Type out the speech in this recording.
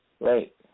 Right